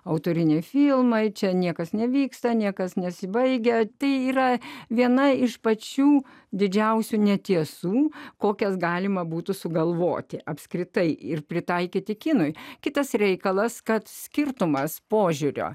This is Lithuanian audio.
autoriniai filmai čia niekas nevyksta niekas nesibaigia tai yra viena iš pačių didžiausių netiesų kokias galima būtų sugalvoti apskritai ir pritaikyti kinui kitas reikalas kad skirtumas požiūrio